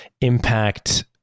impact